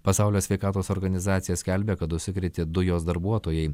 pasaulio sveikatos organizacija skelbia kad užsikrėtė du jos darbuotojai